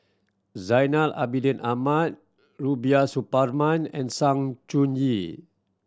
Zainal Abidin Ahmad Rubiah Suparman and Sng Choon Yee